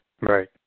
Right